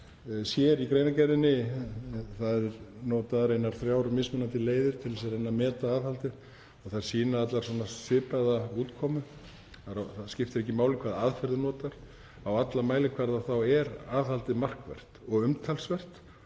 sér í greinargerðinni eru notaðar þrjár mismunandi leiðir til að reyna að meta aðhaldið og þær sýna allar svipaða útkomu. Það skiptir ekki máli hvaða aðferð þú notar, á alla mælikvarða er aðhaldið markvert og umtalsvert